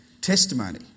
testimony